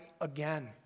again